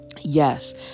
yes